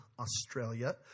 Australia